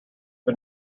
but